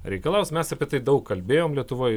reikalaus mes apie tai daug kalbėjom lietuvoj